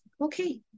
okay